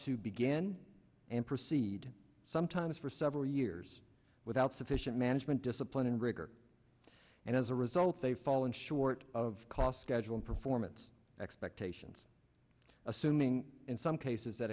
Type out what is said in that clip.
to begin and proceed sometimes for several years without sufficient management discipline and rigor and as a result they've fallen short of cost kegel performance expectations assuming in some cases that